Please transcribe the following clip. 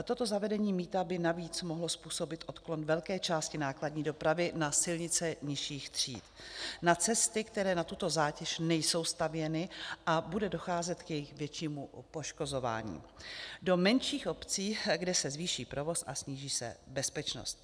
Toto zavedení mýta by navíc mohlo způsobit odklon velké části nákladní dopravy na silnice nižších tříd, na cesty, které na tuto zátěž nejsou stavěny, a bude docházet k jejich většímu poškozování, do menších obcí, kde se zvýší provoz a sníží se bezpečnost.